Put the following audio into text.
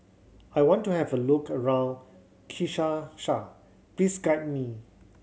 I want to have a look around please guide me